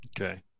Okay